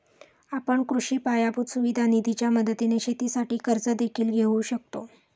आपण कृषी पायाभूत सुविधा निधीच्या मदतीने शेतीसाठी कर्ज देखील घेऊ शकता